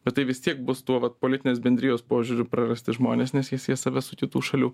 bet tai vis tiek bus tuo vat politinės bendrijos požiūriu prarasti žmones nes jie sies save su kitų šalių